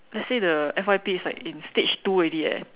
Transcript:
let's say the F_Y_P is like in stage two already leh